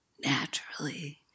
naturally